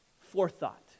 forethought